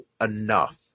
enough